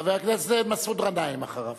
חבר הכנסת מסעוד גנאים אחריו.